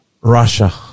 Russia